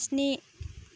स्नि